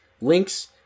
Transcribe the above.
links